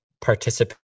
participate